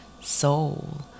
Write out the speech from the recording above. soul